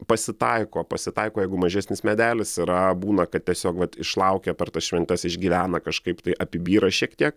pasitaiko pasitaiko jeigu mažesnis medelis yra būna kad tiesiog vat išlaukia per tas šventes išgyvena kažkaip tai apibyra šiek tiek